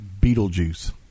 Beetlejuice